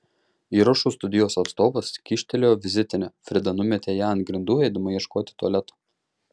įrašų studijos atstovas kyštelėjo vizitinę frida numetė ją ant grindų eidama ieškoti tualeto